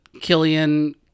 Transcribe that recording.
Killian